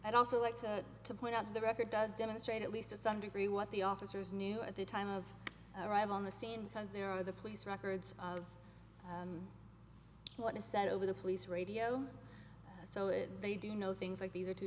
i'd also like to point out the record does demonstrate at least to some degree what the officers knew at the time of arrival on the scene because there are the police records of what is said over the police radio so it they do know things like these are two